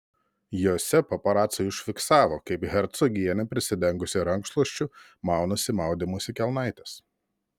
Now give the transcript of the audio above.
jose paparaciai užfiksavo kaip hercogienė prisidengusi rankšluosčiu maunasi maudymosi kelnaites